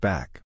Back